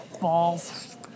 Balls